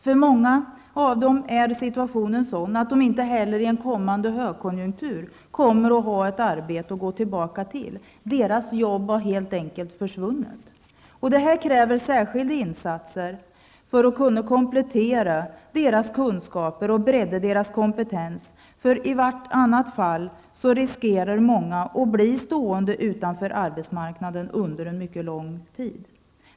För många av dem är situationen sådan att de inte heller vid kommande högkonjunktur kommer att ha ett arbete att gå tillbaka till. Deras jobb har helt enkelt försvunnit. Det krävs särskilda insatser för att komplettera deras kunskaper och bredda deras kompetens. I annat fall riskerar många att bli stående utanför arbetsmarknaden under en mycket lång tid.